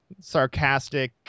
sarcastic